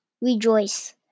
rejoice